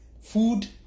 food